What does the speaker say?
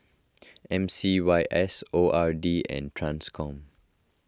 M C Y S O R D and Transcom